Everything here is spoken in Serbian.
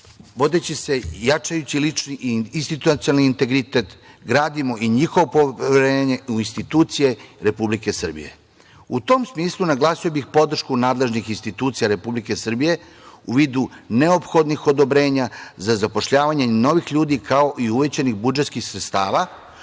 interesa. Jačajući institucionalni integritet, gradimo i njihovo poverenje u institucije Republike Srbije.U tom smislu, naglasio bih podršku nadležnih institucija Republike Srbije, u vidu neophodnih odobrenja za zapošljavanje novih ljudi, kao i uvećanih budžetskih sredstava,